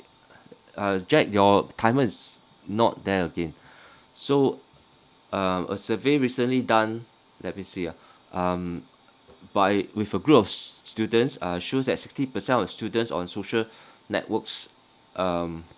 uh jack your timer is not there again so um a survey recently done let me see ah um by with a group of students uh shows that sixty percent of students on social networks um